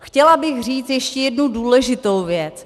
Chtěla bych říct ještě jednu důležitou věc.